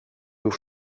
nous